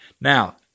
now